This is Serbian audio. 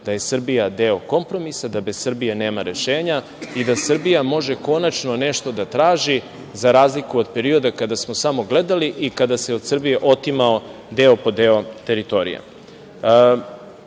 da je Srbija deo kompromisa, da bez Srbije nema rešenja i da Srbija može konačno nešto da traži, za razliku od perioda kada smo samo gledali i kada se od Srbije otimao deo po deo teritorije. Cilj